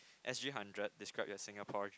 S_G hundred describe your Singapore